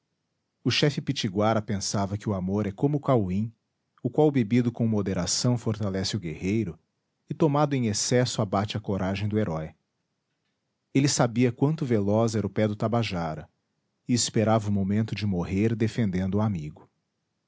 o chefe pitiguara pensava que o amor é como o cauim o qual bebido com moderação fortalece o guerreiro e tomado em excesso abate a coragem do herói ele sabia quanto veloz era o pé do tabajara e esperava o momento de morrer defendendo o amigo